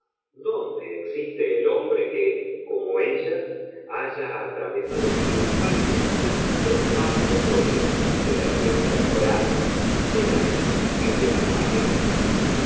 dónde existe el hombre que como ella haya atravesado triunfalmente los vastos dominios de la ciencia moral de la física y de las matemáticas